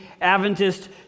Adventist